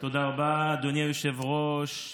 תודה רבה, אדוני היושב-ראש.